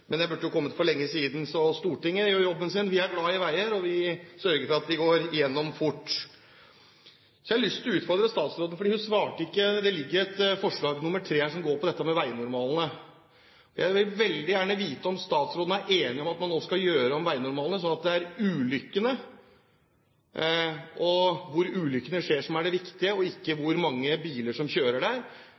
Men den burde jo ha kommet for lenge siden. Stortinget gjør jobben sin. Vi er glade i veier, og vi sørger for at de går fort gjennom. Jeg har lyst til å utfordre statsråden, for hun svarte ikke. Det ligger et forslag her, nr. 3, som går på dette med veinormalene. Jeg vil veldig gjerne vite om statsråden er enig i at skal man nå gjøre om på veinormalene, er det ulykkene og hvor ulykkene skjer, som er det viktige, ikke hvor mange biler som kjører der.